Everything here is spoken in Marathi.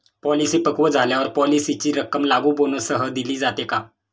पॉलिसी पक्व झाल्यावर पॉलिसीची रक्कम लागू बोनससह दिली जाते का?